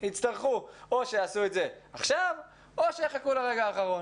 או שיעשו את זה עכשיו או שיחכו לרגע האחרון.